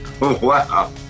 Wow